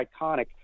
iconic